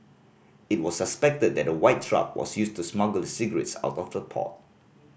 it was suspected that a white truck was used to smuggle the cigarettes out of the port